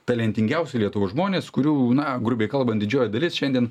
talentingiausi lietuvos žmonės kurių na grubiai kalbant didžioji dalis šiandien